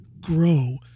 grow